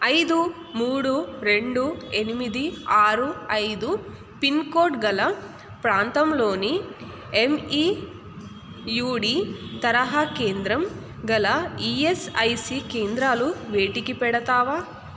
ఐదు మూడు రెండు ఎనిమిది ఆరు ఐదు పిన్కోడ్ గల ప్రాంతంలోని ఎమ్ఈయూడి తరహా కేంద్రం గల ఈఎస్ఐసి కేంద్రాలు వేటికి పెడతావా